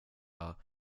jag